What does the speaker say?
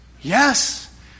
Yes